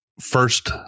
first